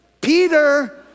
Peter